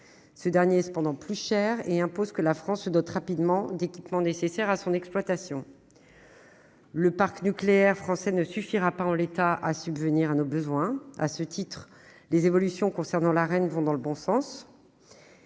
Ce dernier est cependant plus cher et la France devra se doter rapidement d'équipements nécessaires à son exploitation. Le parc nucléaire français ne suffira pas, en l'état, à subvenir à nos besoins. À ce titre, les évolutions concernant l'Arenh vont dans le bon sens.